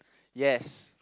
yes